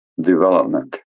development